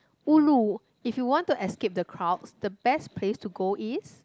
ulu if you want to escape the crowds the best place to go is